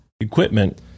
equipment